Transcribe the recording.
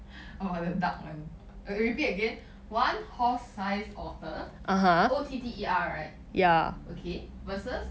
orh the duck one re~ repeat again one horse sized otter O T T E R right okay versus